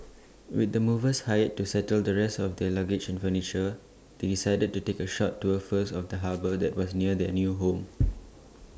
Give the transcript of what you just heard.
with the movers hired to settle the rest of their luggage and furniture they decided to take A short tour first of the harbour that was near their new home